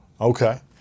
Okay